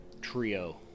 trio